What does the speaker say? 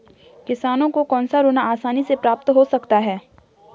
किसानों को कौनसा ऋण आसानी से प्राप्त हो सकता है?